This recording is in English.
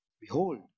Behold